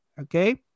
Okay